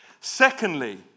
Secondly